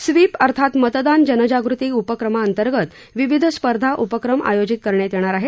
sweep अर्थात मतदान जनजागृती उपक्रमांतर्गत विविध स्पर्धा उपक्रम आयोजित करण्यात येणार आहेत